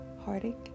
Heartache